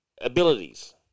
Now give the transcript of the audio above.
abilities